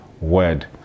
word